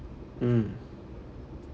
mm